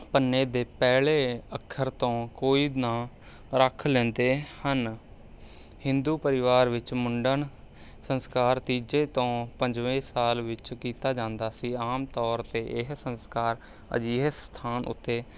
ਪੰਨੇ ਦੇ ਪਹਿਲੇ ਅੱਖਰ ਤੋਂ ਕੋਈ ਨਾਂ ਰੱਖ ਲੈਂਦੇ ਹਨ ਹਿੰਦੂ ਪਰਿਵਾਰ ਵਿੱਚ ਮੁੰਡਨ ਸੰਸਕਾਰ ਤੀਜੇ ਤੋਂ ਪੰਜਵੇਂ ਸਾਲ ਵਿੱਚ ਕੀਤਾ ਜਾਂਦਾ ਸੀ ਆਮ ਤੌਰ 'ਤੇ ਇਹ ਸੰਸਕਾਰ ਅਜਿਹੇ ਸਥਾਨ ਉੱਤੇ